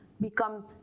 become